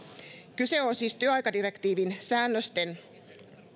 kyse on siis työaikadirektiivin säännösten